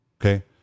Okay